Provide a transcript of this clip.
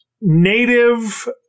native